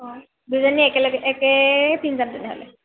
অঁ দুইজনী একেলগে একে পিন্ধি যাম তেনেহ'লে